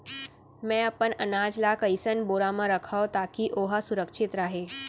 मैं अपन अनाज ला कइसन बोरा म रखव ताकी ओहा सुरक्षित राहय?